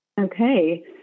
okay